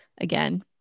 again